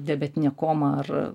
diabetinė koma ar